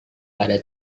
ada